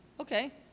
Okay